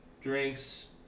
drinks